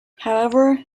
however